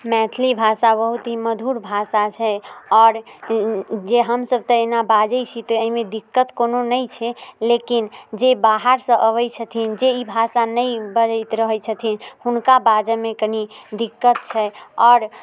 मैथिली भाषा बहुत ही मधुर भाषा छै आओर जे हमसब तऽ एहिना बाजै छी तऽ अइमे दिक्कत कोनो नहि छै लेकिन जे बाहरसँ अबै छथिन जे ई भाषा नहि बजैत रहै छथिन हुनका बाजऽमे कनी दिक्कत छै आओर